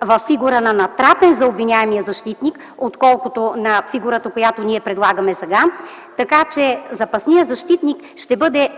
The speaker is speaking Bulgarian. във фигура на натрапен за обвиняемия защитник, отколкото на фигурата, която ние предлагаме сега. Така че запасният защитник